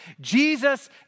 Jesus